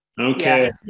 Okay